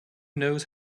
knows